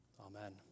Amen